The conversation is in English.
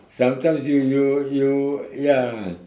sometimes you you you ya